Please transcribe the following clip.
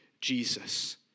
Jesus